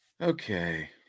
Okay